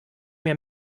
mir